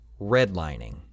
redlining